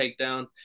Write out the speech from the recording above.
takedown